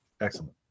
Excellent